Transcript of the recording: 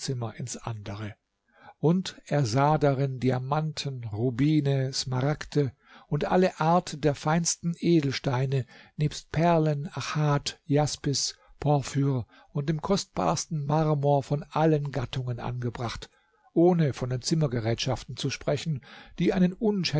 zimmer ins andere und er sah darin diamanten rubine smaragde und alle arten der feinsten edelsteine nebst perlen achat jaspis porphyr und dem kostbarsten marmor von allen gattungen angebracht ohne von den zimmergerätschaften zu sprechen die einen